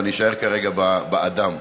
אבל נישאר כרגע באדם.